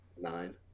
nine